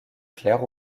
clair